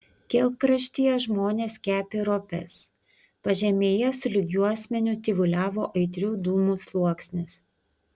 kelkraštyje žmonės kepė ropes pažemėje sulig juosmeniu tyvuliavo aitrių dūmų sluoksnis